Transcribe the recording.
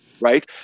right